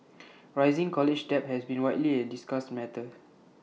rising college debt has been widely A discussed matter